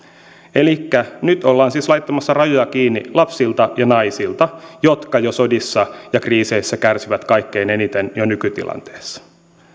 elikkä nyt ollaan siis laittamassa rajoja kiinni lapsilta ja naisilta jotka sodissa ja kriiseissä kärsivät kaikkein eniten jo nykytilanteessa